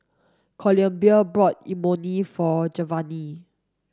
Columbia bought Imoni for Giovanny